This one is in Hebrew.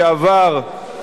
שעבר,